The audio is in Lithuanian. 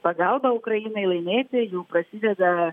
pagalba ukrainai laimėti jau prasideda